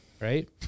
right